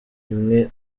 imwe